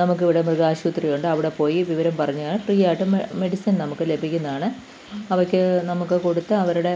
നമുക്കിവിടെ മൃഗാശുപത്രിയുണ്ട് അവടെപ്പോയി വിവരം പറഞ്ഞ് ഫ്രീ ആയിട്ട് മെഡിസിൻ നമുക്ക് ലഭിക്കുന്നതാണ് അവർക്ക് നമുക്ക് കൊടുത്താൽ അവരുടെ